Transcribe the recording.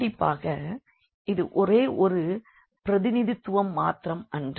கண்டிப்பாக இது ஒரே ஒரு பிரதிநிதித்துவம் மாத்திரம் அன்று